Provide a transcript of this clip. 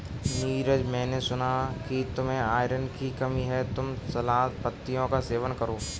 नीरज मैंने सुना कि तुम्हें आयरन की कमी है तुम सलाद पत्तियों का सेवन करो